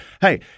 Hey